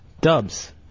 Dubs